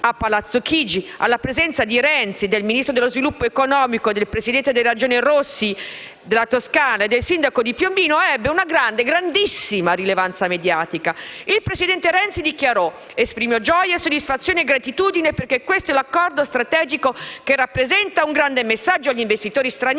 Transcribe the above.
a Palazzo Chigi, alla presenza del presidente Renzi, del Ministro dello sviluppo economico, del presidente della Regione Toscana Enrico Rossi e del sindaco di Piombino ebbe una grande, grandissima rilevanza mediatica. Il presidente Renzi dichiarò: «Esprimo gioia, soddisfazione e gratitudine perché questo è l'accordo strategico che rappresenta un grande messaggio agli investitori stranieri